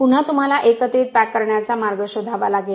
पुन्हा तुम्हाला एकत्रित पॅक करण्याचा मार्ग शोधावा लागेल